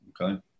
Okay